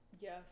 Yes